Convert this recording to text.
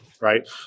right